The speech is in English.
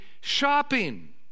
shopping